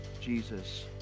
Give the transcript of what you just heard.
Jesus